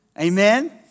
Amen